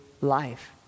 life